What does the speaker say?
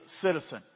citizen